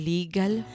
Legal